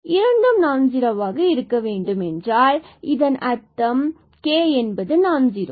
எனவே இரண்டும் நான் ஜுரோவாக இருக்க வேண்டும் என்றால் இதன் அர்த்தம் k நான் ஜீரோ